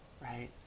Right